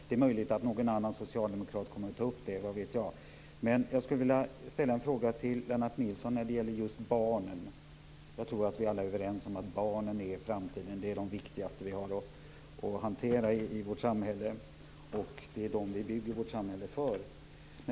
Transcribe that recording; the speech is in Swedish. Det är möjligt att någon annan socialdemokrat kommer att ta upp dem - vad vet jag - men jag skulle vilja ställa en fråga till Lennart Nilsson om just barnen. Jag tror att vi alla är överens om att barnen är framtiden. De är de viktigaste som vi har att hantera i vårt samhälle, och det är dem som vi bygger vårt samhälle för.